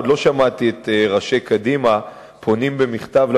עוד לא שמעתי את ראשי קדימה פונים במכתב אל